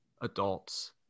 adults